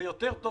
זה יותר טוב